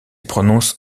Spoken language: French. prononce